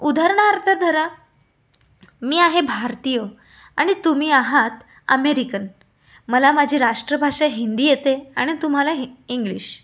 उदाहरणार्थ धरा मी आहे भारतीय आणि तुम्ही आहात अमेरिकन मला माझी राष्ट्रभाषा हिंदी येते आणि तुम्हाला ही इंग्लिश